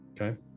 Okay